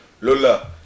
Lola